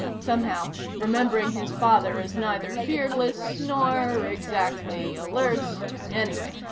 somehow, remembering his father as neither fearless nor, exactly, alert anyway,